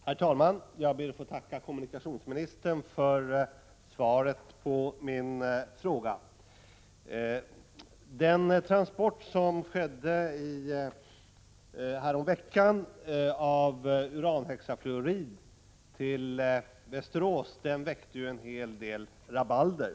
Herr talman! Jag ber att få tacka kommunikationsministern för svaret på min fråga. Den transport av uranhexafluorid till Västerås som skedde häromveckan väckte ju en hel del rabalder.